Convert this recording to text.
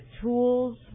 tools